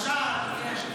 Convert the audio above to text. למשל.